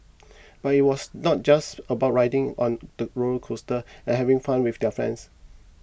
but it was not just about riding on the roller coasters and having fun with their friends